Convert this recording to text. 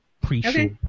pre-show